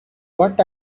what